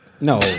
No